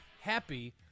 happy